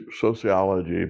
sociology